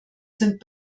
sind